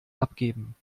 abgeben